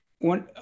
one